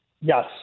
Yes